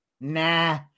Nah